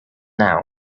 now